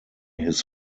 his